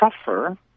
suffer